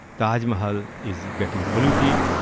taj mahal is getting polluted,